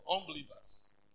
Unbelievers